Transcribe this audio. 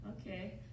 okay